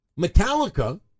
Metallica